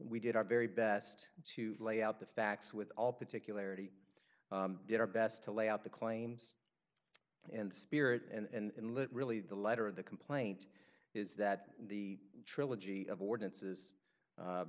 we did our very best to lay out the facts with all particularities did our best to lay out the claims and spirit and lit really the letter of the complaint is that the trilogy of ordinances u